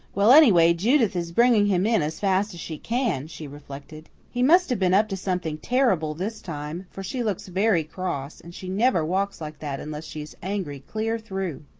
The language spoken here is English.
well, anyway, judith is bringing him in as fast as she can, she reflected. he must have been up to something terrible this time for she looks very cross, and she never walks like that unless she is angry clear through.